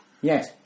Yes